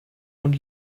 und